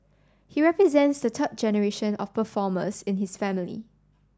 he represents the third generation of performers in his family